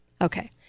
Okay